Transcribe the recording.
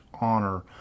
honor